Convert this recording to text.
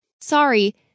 Sorry